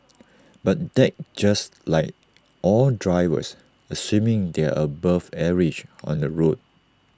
but that's just like all drivers assuming they are above average on the road